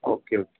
okay okay